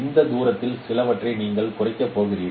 இந்த தூரங்களில் சிலவற்றை நீங்கள் குறைக்கப் போகிறீர்கள்